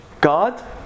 God